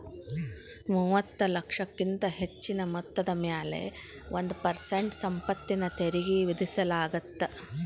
ಮೂವತ್ತ ಲಕ್ಷಕ್ಕಿಂತ ಹೆಚ್ಚಿನ ಮೊತ್ತದ ಮ್ಯಾಲೆ ಒಂದ್ ಪರ್ಸೆಂಟ್ ಸಂಪತ್ತಿನ ತೆರಿಗಿ ವಿಧಿಸಲಾಗತ್ತ